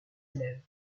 élèves